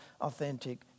authentic